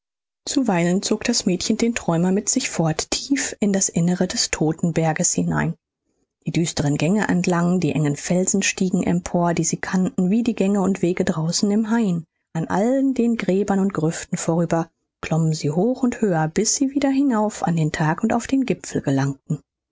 zuweilen zog das mädchen den träumer mit sich fort tief in das innere des todtenberges hinein die düsteren gänge entlang die engen felsenstiegen empor die sie kannten wie die gänge und wege draußen im hain an allen den gräbern und grüften vorüber klommen sie hoch und höher bis sie wieder hinauf an den tag und auf den gipfel gelangten